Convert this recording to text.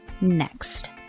next